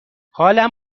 حالم